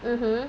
mmhmm